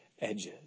edges